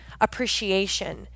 appreciation